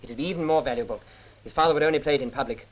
is even more valuable if i would only play it in public